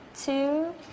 two